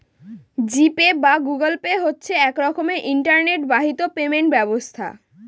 জি pay বা Google pay হচ্ছে এক রকমের ইন্টারনেট বাহিত পেমেন্ট ব্যবস্থা